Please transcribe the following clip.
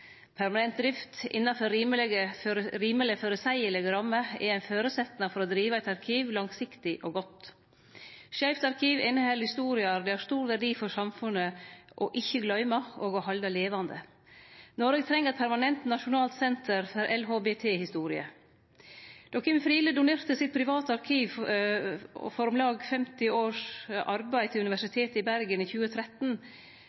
Permanent drift innanfor rimeleg føreseielege rammer er ein føresetnad for å drive eit arkiv langsiktig og godt. Skeivt arkiv inneheld historier det har stor verdi for samfunnet ikkje å gløyme og å halde levande. Noreg treng eit permanent nasjonalt senter for LHBT-historie. Då Kim Friele donerte sitt private arkiv frå om lag 50 års arbeid til